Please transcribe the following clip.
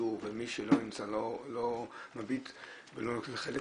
בשידור ומי שלא נמצא לא מביט ולא נוטל חלק,